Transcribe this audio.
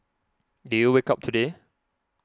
did you wake up today